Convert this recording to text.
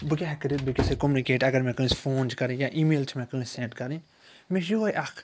بہٕ کیٛاہ ہٮ۪کہِ کٔرِتھ بیٚکِس سۭتۍ کومنِکیٹ اگر مےٚ کٲنسہِ فون چھِ کَرُن یا ای میل چھِ مےٚ کٲنٛسہِ سٮ۪نٛڈ کَرٕنۍ مےٚ چھُ یِہوٚے اَکھ